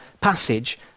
passage